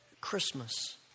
Christmas